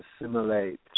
Assimilate